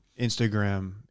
Instagram